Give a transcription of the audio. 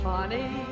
Funny